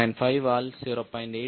5 ஆல் 0